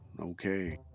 okay